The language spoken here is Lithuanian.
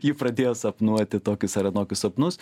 ji pradėjo sapnuoti tokius ar anokius sapnus